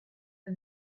for